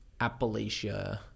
appalachia